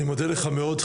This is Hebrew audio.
אני מודה לך מאוד.